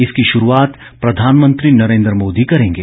इसकी शुरुआत प्रधानमंत्री नरेन्द्र मोदी करेंगे